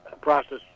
process